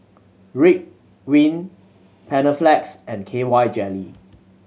Ridwind Panaflex and K Y Jelly